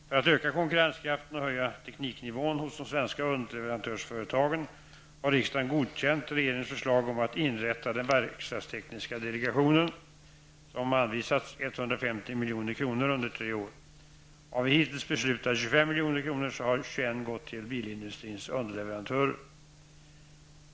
För att öka konkurrenskraften och höja tekniknivån hos de svenska underleverantörsföretagen har riksdagen godkänt regeringens förslag om att inrätta den verkstadstekniska delegationen som anvisats 150 milj.kr. under tre år. Av hittills beslutade 25 miljoner har 21 gått till bilindustrins underleverantörer.